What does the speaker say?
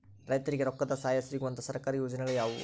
ರೈತರಿಗೆ ರೊಕ್ಕದ ಸಹಾಯ ಸಿಗುವಂತಹ ಸರ್ಕಾರಿ ಯೋಜನೆಗಳು ಯಾವುವು?